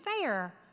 fair